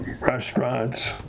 restaurants